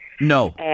No